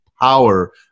power